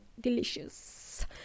delicious